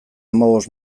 hamabost